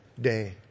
day